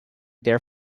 there